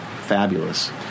fabulous